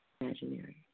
imaginary